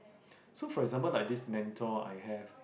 so for example like this mentor I have